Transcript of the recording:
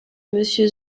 monsieur